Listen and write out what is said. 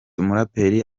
umuraperi